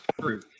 true